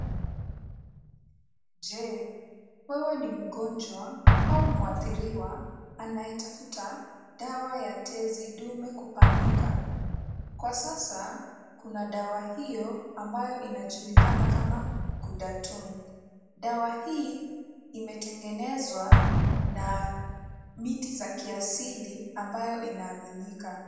Je, wewe ni mgonjwa au mwaathiriwa mwenye anayetafuta dawa ya tezi dume kupanuka? Kwa sasa kuna dawa hiyo ambayo inajulikana kama Gudaton. Dawa hii imetengenezwa na miti za kiasili ambayo inaaminika.